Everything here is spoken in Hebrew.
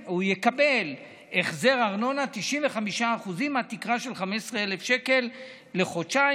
הוא יקבל החזר ארנונה של 95% מהתקרה של 15,000 שקל לחודשיים